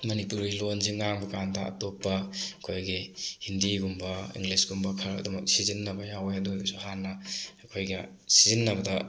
ꯃꯅꯤꯄꯨꯔꯤ ꯂꯣꯟꯁꯦ ꯉꯥꯡꯕ ꯀꯥꯟꯗ ꯑꯇꯣꯞꯄ ꯑꯩꯈꯣꯏꯒꯤ ꯍꯤꯟꯗꯤꯒꯨꯝꯕ ꯏꯪꯂꯤꯁꯀꯨꯝꯕ ꯈꯔ ꯑꯗꯨꯝꯃꯛ ꯁꯤꯖꯤꯟꯅꯕ ꯌꯥꯏꯋꯦ ꯑꯗꯨ ꯑꯣꯏꯔꯁꯨ ꯍꯥꯟꯅ ꯑꯩꯈꯣꯏꯒ ꯁꯤꯖꯤꯟꯅꯕꯗ